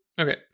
Okay